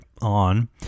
on